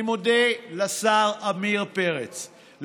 אני מודה לשר עמיר פרץ,